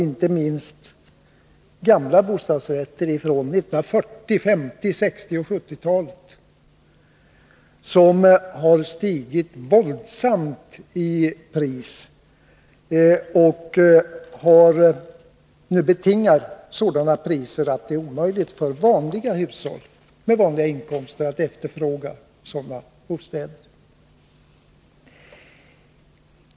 Inte minst gamla bostadsrätter från 1940-, 1950-, 1960 och 1970-talet har stigit våldsamt i pris och betingar nu sådana priser att det är omöjligt för hushåll med vanliga inkomster att efterfråga sådana bostäder.